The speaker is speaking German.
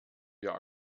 wir